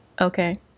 Okay